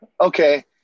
Okay